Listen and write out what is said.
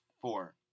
four